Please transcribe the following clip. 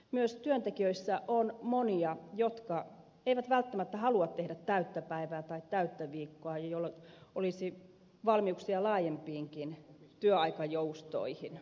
myös työntekijöissä on monia jotka eivät välttämättä halua tehdä täyttä päivää tai täyttä viikkoa jolloin olisi valmiuksia laajempiinkin työaikajoustoihin